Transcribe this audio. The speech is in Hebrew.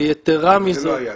ויתרה מזאת --- אבל זה לא היעד.